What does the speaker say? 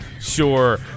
Sure